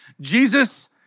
Jesus